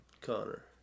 Connor